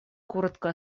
коротко